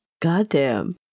Goddamn